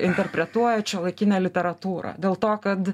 interpretuojant šiuolaikinę literatūrą dėl to kad